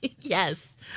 Yes